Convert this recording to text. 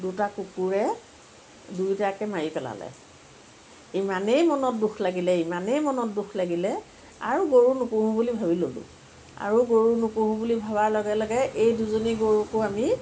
দুটা কুকুৰে দুয়োটাকৈ মাৰি পেলালে ইমানেই মনত দুখ লাগিলে ইমানেই মনত দুখ লাগিলে আৰু গৰু নোপোহো বুলি ভাবি ল'লোঁ আৰু গৰু নোপোহো বুলি ভাবাৰ লগে লগে এই দুজনী গৰুকো আমি